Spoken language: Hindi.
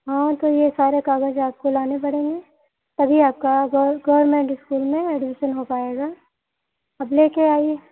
हाँ तो ये सारे कागज आपको लाने पड़ेंगे तभी आपका गवर्मेंट इस्कूल में एडमिशन हो पाएगा आप लेके आइए